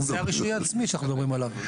זה הרישוי העצמי שאנחנו מדברים עליו.